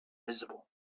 visible